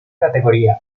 categoría